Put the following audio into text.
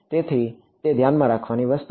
તેથી તે ધ્યાનમાં રાખવાની વસ્તુ છે